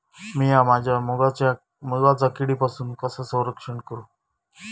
मीया माझ्या मुगाचा किडीपासून कसा रक्षण करू?